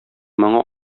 моңа